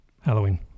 Halloween